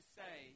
say